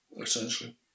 essentially